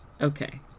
Okay